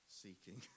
seeking